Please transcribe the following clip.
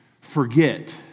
forget